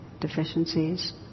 deficiencies